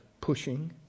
pushing